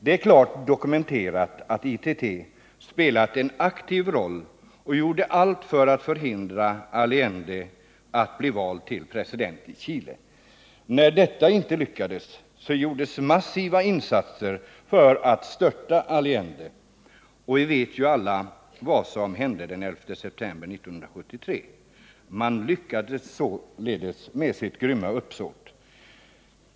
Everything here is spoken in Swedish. Det är klart dokumenterat att ITT spelade en aktiv roll och gjorde allt för att förhindra att Allende blev vald till president i Chile. När detta inte lyckades gjordes massiva insatser för att störta Allende. Vi vet ju alla vad som hände den 11 september 1973: man lyckades med sitt grymma uppsåt.